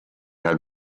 had